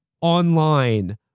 online